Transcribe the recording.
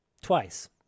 twice